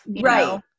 Right